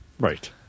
Right